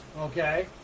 okay